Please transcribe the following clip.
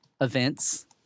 events